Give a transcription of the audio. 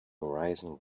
horizon